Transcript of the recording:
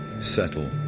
Settle